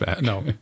No